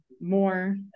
more